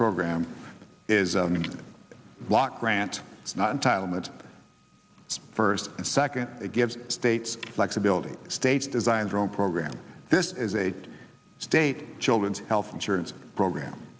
program is a block grant not entitlement first and second it gives states flexibility states design drone program this is a state children's health insurance program